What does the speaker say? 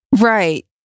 Right